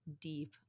deep